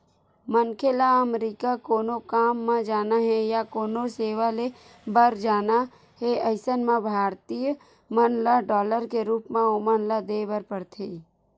मनखे ल अमरीका कोनो काम म जाना हे या कोनो सेवा ले बर जाना हे अइसन म भारतीय मन ल डॉलर के रुप म ओमन ल देय बर परथे